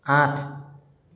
আঠ